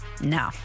No